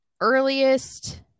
earliest